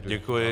Děkuji.